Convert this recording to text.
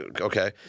Okay